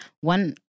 One